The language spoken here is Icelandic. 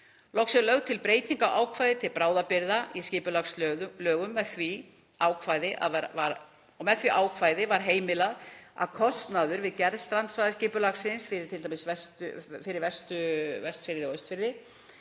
Loks er lögð til breyting á ákvæði til bráðabirgða í skipulagslögum. Með því ákvæði var heimilað að kostnaður við gerð strandsvæðisskipulags fyrir Vestfirði og Austfirði